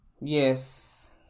Yes